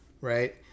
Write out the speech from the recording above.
right